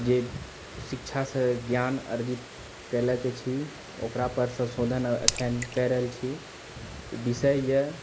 जे शिक्षासे ज्ञान अर्जित केलाके छी ओकरापरसे शोध अखनि कए रहलछी विषय यऽ